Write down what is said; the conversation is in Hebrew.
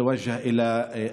(אומר דברים בשפה הערבית,